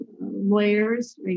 lawyers